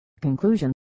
Conclusion